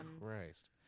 Christ